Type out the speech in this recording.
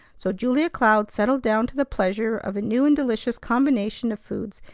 so julia cloud settled down to the pleasure of a new and delicious combination of foods,